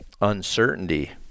uncertainty